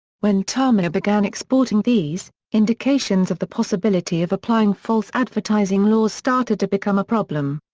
when tamiya began exporting these, indications of the possibility of applying false advertising laws started to become a problem.